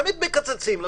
תמיד מקצצים לנו,